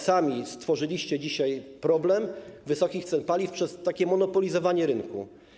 Sami stworzyliście dzisiaj problem wysokich cen paliw przez takie monopolizowanie rynku.